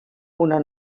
una